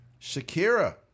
Shakira